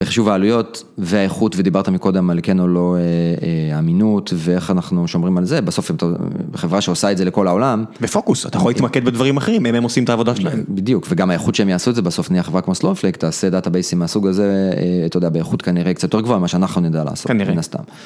בחישוב העלויות, והאיכות ודיברת מקודם על כן או לא אמינות, ואיך אנחנו שומרים על זה, בסוף חברה שעושה את זה לכל העולם. בפוקוס, אתה יכול להתמקד בדברים אחרים אם הם עושים את העבודה שלהם. בדיוק, וגם האיכות שהם יעשו את זה בסוף נהיה חברה כמו snowflakes, תעשה דאטה בייסים מהסוג הזה, אתה יודע באיכות כנראה קצת יותר גבוהה, ממה שאנחנו נדע לעשות.